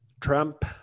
Trump